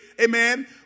amen